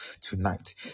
tonight